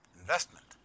investment